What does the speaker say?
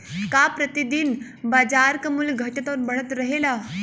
का प्रति दिन बाजार क मूल्य घटत और बढ़त रहेला?